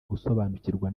gusobanukirwa